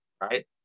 right